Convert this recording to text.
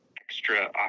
extra